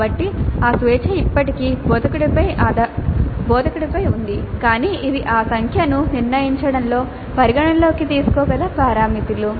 కాబట్టి ఆ స్వేచ్ఛ ఇప్పటికీ బోధకుడిపై ఉంది కానీ ఇవి ఆ సంఖ్యను నిర్ణయించడంలో పరిగణనలోకి తీసుకోగల పారామితులు